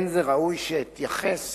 אין זה ראוי שאתייחס